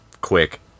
quick